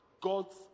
God's